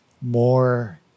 more